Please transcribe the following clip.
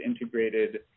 integrated